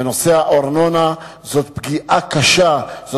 ונושא הארנונה הוא פגיעה קשה,